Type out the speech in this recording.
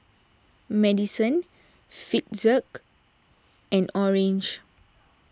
Madison Fitzhugh and Orange